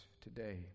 today